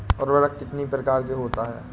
उर्वरक कितनी प्रकार के होता हैं?